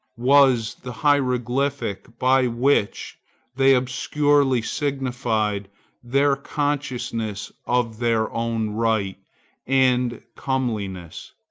was the hieroglyphic by which they obscurely signified their consciousness of their own right and comeliness,